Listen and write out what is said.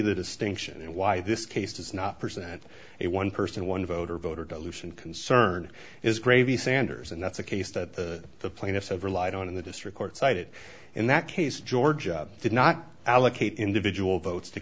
the distinction and why this case does not present a one person one vote or voter dilution concern is gravy sanders and that's a case that the plaintiffs have relied on in the district court cited in that case georgia did not allocate individual votes to